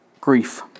grief